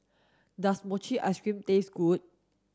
does Mochi ice cream taste good